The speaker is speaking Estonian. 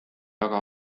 aga